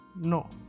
no